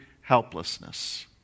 helplessness